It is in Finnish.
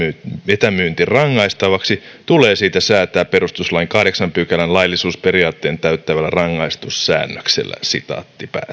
etämyynti rangaistavaksi tulee siitä säätää perustuslain kahdeksannen pykälän laillisuusperiaatteen täyttävällä rangaistussäännöksellä näin ollen